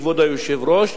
כבוד היושב-ראש,